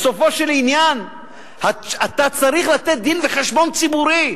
בסופו של עניין אתה צריך לתת דין-וחשבון ציבורי,